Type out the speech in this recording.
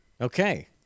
Okay